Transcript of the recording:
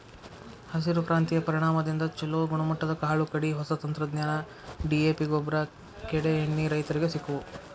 ಹಸಿರು ಕ್ರಾಂತಿಯ ಪರಿಣಾಮದಿಂದ ಚುಲೋ ಗುಣಮಟ್ಟದ ಕಾಳು ಕಡಿ, ಹೊಸ ತಂತ್ರಜ್ಞಾನ, ಡಿ.ಎ.ಪಿಗೊಬ್ಬರ, ಕೇಡೇಎಣ್ಣಿ ರೈತರಿಗೆ ಸಿಕ್ಕವು